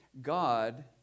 God